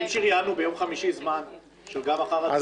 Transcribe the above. אם שריינו ביום חמישי זמן גם אחר הצהריים,